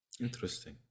interesting